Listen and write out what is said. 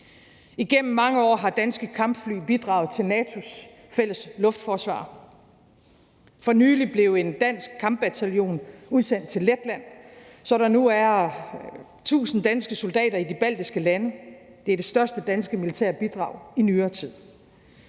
Igennem mange år har danske kampfly bidraget til NATO’s fælles luftforsvar, og for nylig blev en dansk kampbataljon udsendt til Letland, så der nu er 1.000 danske soldater i de baltiske lande. Det er det største danske militære bidrag i nyere tid.